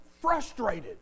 frustrated